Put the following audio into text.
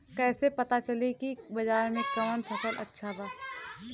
कैसे पता चली की बाजार में कवन फसल अच्छा बा?